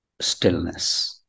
stillness